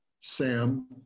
Sam